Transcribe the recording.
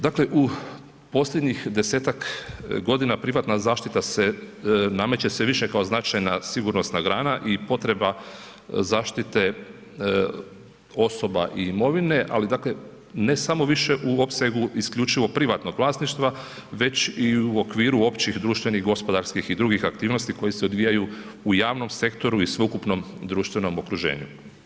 Dakle u posljednjih 10-ak godina privatna zaštita nameće se više kao značajna sigurnosna grana i potreba zaštite osoba i imovine ali dakle ne samo više u opsegu isključivo privatnog vlasništva veći u okviru općih društvenih, gospodarskih i drugih aktivnosti koje se odvijaju u javnom sektoru i sveukupnom društvenom okruženju.